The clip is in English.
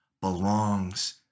belongs